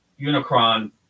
Unicron